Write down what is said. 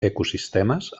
ecosistemes